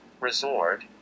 resort